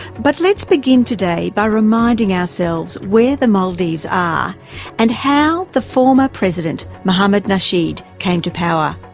but let's begin today by reminding ourselves where the maldives are and how the former president, mohamed nasheed, came to power.